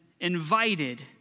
invited